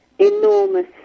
enormous